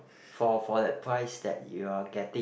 for for that price that you are getting